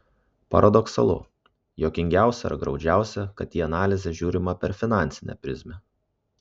paradoksalu juokingiausia ar graudžiausia kad į analizę žiūrima per finansinę prizmę